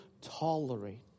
tolerate